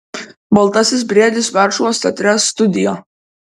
baltasis briedis varšuvos teatre studio